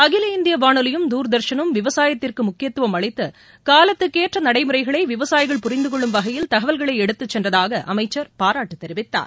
அகில இந்திய வானொலியும் தூர்தர்ஷனும் விவசாயத்திற்கு முக்கியத்துவம் அளித்து காலத்திற்கேற்ற நடைமுறைகளை விவசாயிகள் புரிந்து கொள்ளும் வகையில் தகவல்களை எடுத்துச் சென்றதாக அமைச்சா் பாராட்டு தெரிவித்தார்